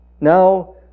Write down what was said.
Now